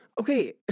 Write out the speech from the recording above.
Okay